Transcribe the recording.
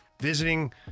visiting